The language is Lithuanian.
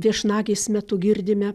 viešnagės metu girdime